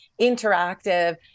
interactive